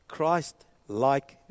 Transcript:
Christ-like